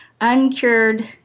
uncured